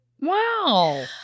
Wow